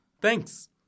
Thanks